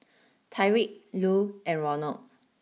Tyriq Lu and Ronald